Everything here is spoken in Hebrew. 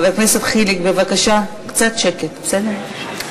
חבר הכנסת חיליק בר, בבקשה קצת שקט, בסדר?